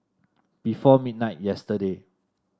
before midnight yesterday